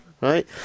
right